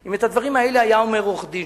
אם את הדברים האלה היה אומר עורך-דין